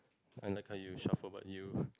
I like how you shuffle but you